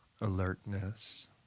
alertness